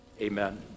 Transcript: amen